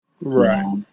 Right